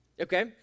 Okay